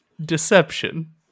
Deception